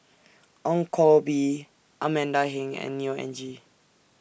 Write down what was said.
Ong Koh Bee Amanda Heng and Neo Anngee